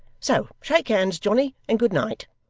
so shake hands, johnny, and good night